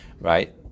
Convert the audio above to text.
right